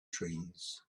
trees